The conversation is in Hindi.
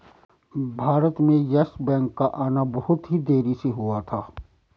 भारत में येस बैंक का आना बहुत ही देरी से हुआ था